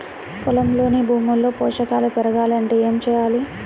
పొలంలోని భూమిలో పోషకాలు పెరగాలి అంటే ఏం చేయాలి?